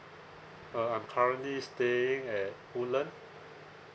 uh I'm currently staying at woodland